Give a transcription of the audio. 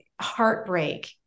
heartbreak